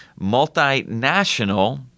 multinational